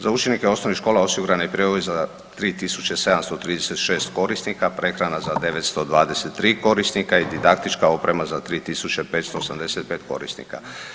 Za učenike osnovnih škola osigurani je broj za 3.736 korisnika, prehrana za 923 korisnika i didaktička oprema za 3.585 korisnika.